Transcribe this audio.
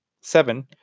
seven